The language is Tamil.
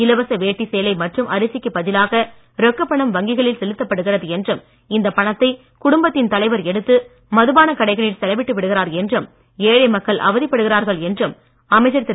இலவச வேட்டி சேலை மற்றும் அரிசிக்கு பதிலாக ரொக்கப் பணம் வங்கிகளில் செலுத்தப்படுகிறது என்றும் இந்தப் பணத்தை குடும்பத்தின் தலைவர் எடுத்து மதுபானக் கடைகளில் செலவிட்டு விடுகிறார் என்றும் ஏழை மக்கள் அவதிபடுகிறார் என்றும் அமைச்சர் திரு